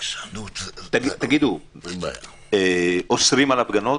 תגידו, אוסרים על הפגנות?